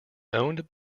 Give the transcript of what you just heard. owned